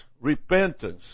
repentance